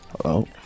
Hello